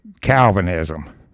Calvinism